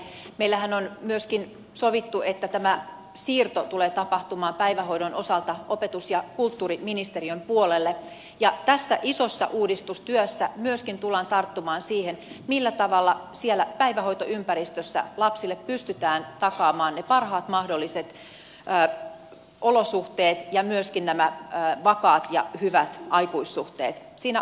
meillähän on myöskin sovittu että tämä siirto tulee tapahtumaan päivähoidon osalta opetus ja kulttuuriministeriön puolelle ja tässä isossa uudistustyössä myöskin tullaan tarttumaan siihen millä tavalla siellä päivähoitoympäristössä lapsille pystytään takaamaan parhaat mahdolliset olosuhteet ja myöskin vakaat ja hyvät aikuissuhteet siinä arkisessa ympäristössä